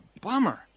bummer